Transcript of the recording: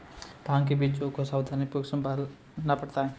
भांग के बीजों को सावधानीपूर्वक संभालना पड़ता है